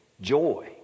joy